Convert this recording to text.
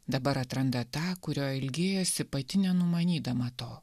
dabar atranda tą kurio ilgėjosi pati nenumanydama to